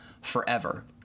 forever